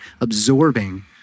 absorbing